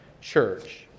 church